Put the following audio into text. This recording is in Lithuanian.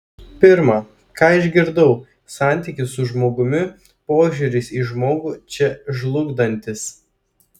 pirma ką išgirdau santykis su žmogumi požiūris į žmogų čia žlugdantis